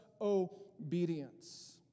obedience